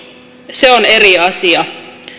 se on eri asia